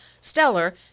Stellar